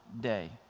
day